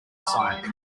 sign